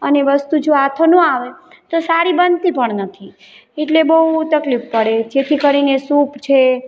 અને વસ્તુ જો આથો ના આવે તો સારી બનતી પણ નથી એટલે બહુ તકલીફ પડે જેથી કરી સૂપ છે